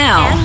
Now